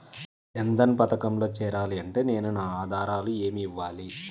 జన్ధన్ పథకంలో చేరాలి అంటే నేను నా ఆధారాలు ఏమి ఇవ్వాలి?